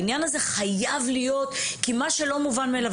ושהעניין הזה חייב להיות משהו שהוא לא מובן מאליו.